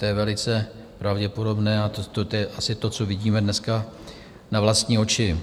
To je velice pravděpodobné a to je asi to, co vidíme dneska na vlastní oči.